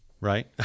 Right